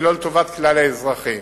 ולא לטובת כלל האזרחים.